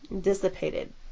dissipated